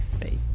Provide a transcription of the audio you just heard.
faith